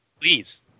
Please